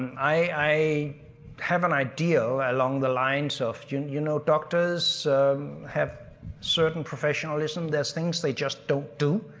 i i have an idea along the lines of you and you know doctors have certain professionalism, there's things they just don't do,